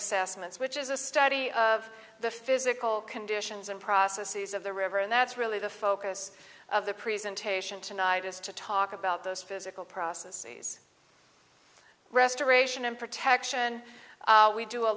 assessments which is a study of the physical conditions and processes of the river and that's really the focus of the presentation tonight is to talk about those physical processes restoration and protection we do a